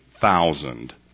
thousand